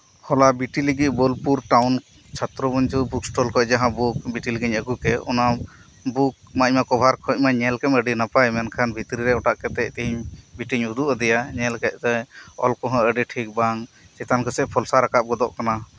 ᱦᱚᱞᱟ ᱵᱤᱴᱤ ᱞᱟᱹᱜᱤᱫ ᱵᱳᱞᱯᱩᱨ ᱴᱟᱣᱩᱱ ᱪᱷᱟᱛᱨᱚ ᱵᱚᱱᱫᱷᱩ ᱵᱩᱠ ᱥᱴᱚᱞ ᱠᱷᱚᱱ ᱡᱟᱦᱟ ᱵᱩᱠ ᱵᱤᱴᱤ ᱞᱟᱹᱜᱤᱧ ᱟᱹᱜᱩ ᱠᱮᱫ ᱚᱱᱟ ᱵᱩᱠ ᱢᱟ ᱤᱧᱢᱟ ᱠᱚᱵᱷᱟᱨ ᱠᱷᱚᱡᱢᱟᱧ ᱧᱮᱞᱠᱮᱫ ᱢᱟ ᱟᱹᱰᱤ ᱱᱟᱯᱟᱭ ᱢᱮᱱᱠᱷᱟᱱ ᱵᱷᱤᱛᱨᱤ ᱨᱮ ᱚᱴᱟᱜ ᱠᱟᱛᱮᱫ ᱛᱤᱦᱤᱧ ᱵᱤᱴᱤᱧ ᱩᱫᱩᱜ ᱟᱫᱮᱭᱟ ᱧᱮᱞ ᱠᱮᱫ ᱛᱮᱭ ᱚᱞ ᱠᱚᱦᱚ ᱟᱹᱰᱤ ᱴᱷᱤᱠ ᱵᱟᱝ ᱪᱮᱛᱟᱱ ᱠᱚᱥᱮᱫ ᱯᱷᱚᱞᱥᱟ ᱨᱟᱠᱟᱵ ᱜᱚᱫᱚᱜ ᱠᱟᱱᱟ